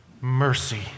Mercy